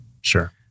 Sure